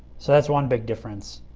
so that's one big difference.